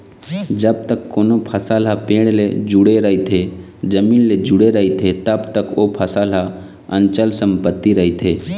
जब तक कोनो फसल ह पेड़ ले जुड़े रहिथे, जमीन ले जुड़े रहिथे तब तक ओ फसल ह अंचल संपत्ति रहिथे